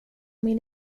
min